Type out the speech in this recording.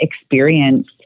experience